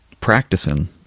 practicing